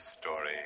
story